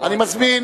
אני מזמין